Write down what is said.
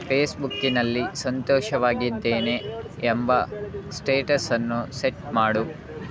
ಫೇಸ್ಬುಕ್ಕಿನಲ್ಲಿ ಸಂತೋಷವಾಗಿದ್ದೇನೆ ಎಂಬ ಸ್ಟೇಟಸನ್ನು ಸೆಟ್ ಮಾಡು